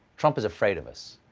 trump is afraid of us.